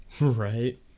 right